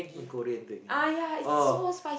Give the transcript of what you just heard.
the korean thing eh oh